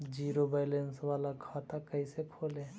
Zero balance बाला खाता कैसे खोले?